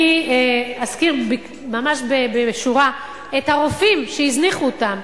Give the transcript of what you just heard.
ואני אזכיר, ממש בשורה, את הרופאים, שהזניחו אותם,